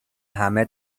همه